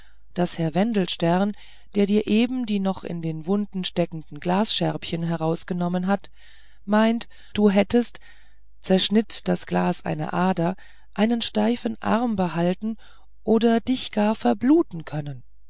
daß herr wendelstern der dir eben die noch in den wunden steckenden glasscherbchen herausgenommen hat meint du hättest zerschnitt das glas eine ader einen steifen arm behalten oder dich gar verbluten können